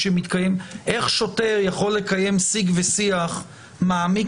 איך שוטר יכול לקיים שיג ושיח מעמיק